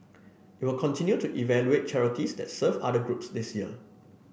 it will continue to evaluate charities that serve other groups this year